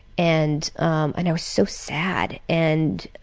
and um and i was so sad. and